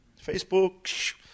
Facebook